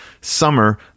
summer